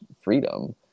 freedom